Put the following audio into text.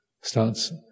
starts